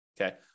okay